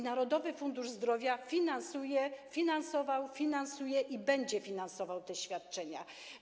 Narodowy Fundusz Zdrowia finansował, finansuje i będzie finansował te świadczenia.